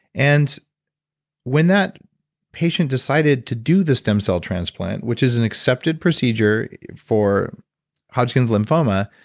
and when that patient decided to do the stem cell transplant, which is an accepted procedure for hodgkin's lymphoma,